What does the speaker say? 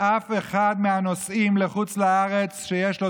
שאף אחד מהנוסעים לחוץ לארץ שיש לו